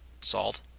salt